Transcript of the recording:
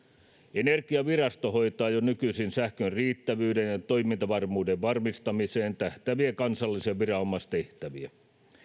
energiavirasto hoitaa jo nykyisin sähkön riittävyyden ja ja toimintavarmuuden varmistamiseen tähtääviä kansallisia viranomaistehtäviä